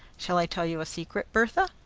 shall i tell you a secret, bertha?